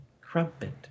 crumpet